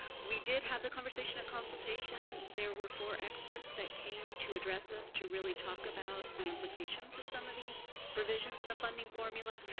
we did have a conversation at consultation. there were four experts that came to address us to really talk about the implications of some of these provisions in the funding formula.